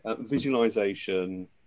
visualization